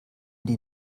die